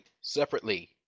separately